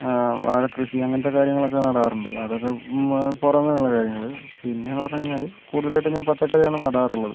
വാഴകൃഷി അങ്ങനത്തെ കാര്യങ്ങളൊക്കെ നാടാറുണ്ട് അതൊക്കെ പൊ പുറമെയുള്ള കാര്യങ്ങൾ പിന്നെയെന്ന് പറഞ്ഞ് കഴിഞ്ഞാൽ കൂടുതലായിട്ടും ഞാൻ പച്ചക്കറിയാണ് നാടാറുള്ളത്